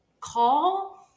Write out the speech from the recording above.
call